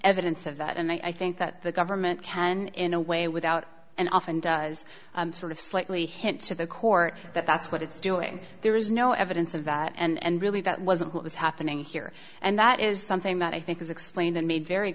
evidence of that and i think that the government can in a way without and often does sort of slightly hint to the court that that's what it's doing there is no evidence of that and really that wasn't what was happening here and that is something that i think is explained and made very